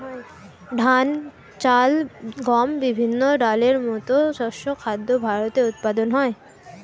ধান, চাল, গম, বিভিন্ন ডালের মতো শস্য খাদ্য ভারতে উৎপাদন হয়